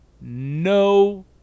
no